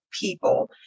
people